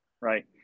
right